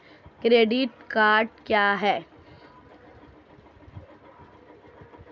Credit card क्या है?